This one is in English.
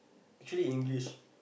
actually English